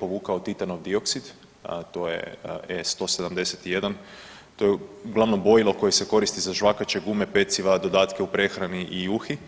povukao titanov dioksid, a to je E171, to je uglavnom bojilo koje se koristi za žvakače gume, peciva, dodatke u prehrani i juhi.